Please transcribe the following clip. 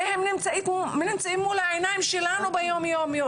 הרי הם נמצאים מול העיניים שלנו ביום יום.